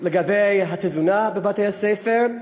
לגבי התזונה בבתי-הספר,